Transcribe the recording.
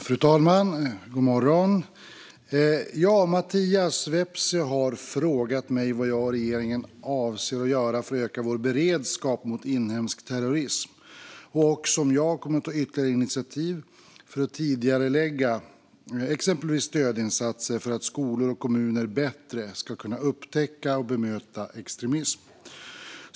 Fru talman! Mattias Vepsä har frågat mig vad jag och regeringen avser att göra för att öka vår beredskap mot inhemsk terrorism samt om jag kommer att ta ytterligare initiativ för att tidigarelägga exempelvis stödinsatser för att skolor och kommuner bättre ska kunna upptäcka och bemöta extremism.